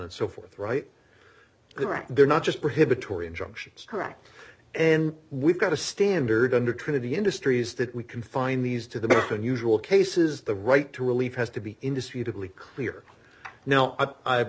and so forth right there right there not just prohibitory injunctions correct and we've got a standard under trinity industries that we can find these to the unusual cases the right to relief has to be industry to clear now i